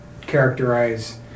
characterize